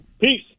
Peace